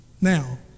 Now